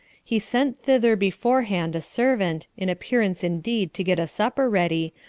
he sent thither beforehand a servant, in appearance indeed to get a supper ready,